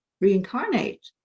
Reincarnate